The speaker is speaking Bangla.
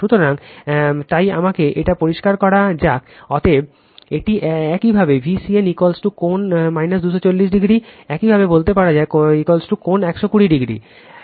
সুতরাং তাই আমাকে এটা পরিষ্কার করা যাক অতএব এটি একইভাবে Vcn কোণ 240o একইভাবে বলতে পারে কোণ 120o